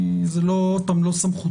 זה לא בסמכותנו,